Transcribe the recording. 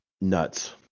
nuts